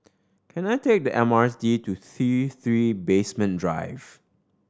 can I take the M R T to T Three Basement Drive